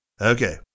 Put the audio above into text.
Okay